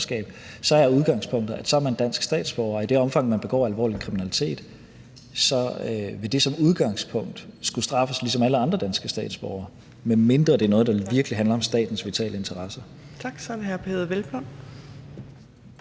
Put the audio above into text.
er udgangspunktet, at så er man dansk statsborger, og i det omfang man begår alvorlig kriminalitet, vil det som udgangspunkt skulle straffes ligesom i forhold til alle andre danske statsborgere, medmindre det er noget, der virkelig handler om statens vitale interesser? Kl. 18:38 Fjerde næstformand